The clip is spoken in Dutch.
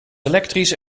elektrisch